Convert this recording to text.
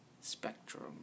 spectrum